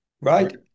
Right